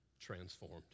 transformed